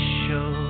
show